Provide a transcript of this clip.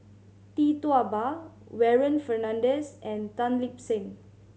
Tee Tua Ba Warren Fernandez and Tan Lip Seng